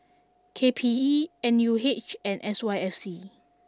K P E N U H and S Y F C